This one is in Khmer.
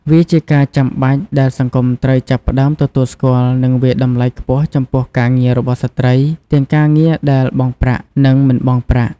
វាជាការចាំបាច់ដែលសង្គមត្រូវចាប់ផ្តើមទទួលស្គាល់ និងវាយតម្លៃខ្ពស់ចំពោះការងាររបស់ស្ត្រី ទាំងការងារដែលបង់ប្រាក់ និងមិនបង់ប្រាក់។